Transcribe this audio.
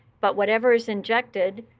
but whatever is injected,